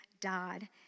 died